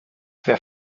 their